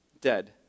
dead